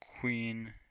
Queen